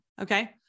Okay